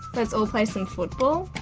let's all play some football.